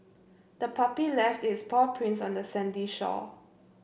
the puppy left its paw prints on the sandy shore